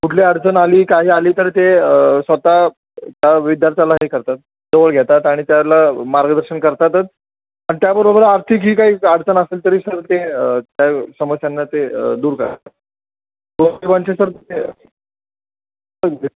कुठली अडचण आली काही आली तर ते स्वतः त्या विद्यार्थ्याला हे करतात जवळ घेतात आणि त्याला मार्गदर्शन करतातच पण त्याबरोबर आर्थिक जी काही अडचण असेल तरी सर ते त्या समस्यांना ते दूर करतात